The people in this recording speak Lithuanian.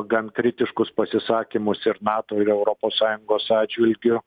gan kritiškus pasisakymus ir nato ir europos sąjungos atžvilgiu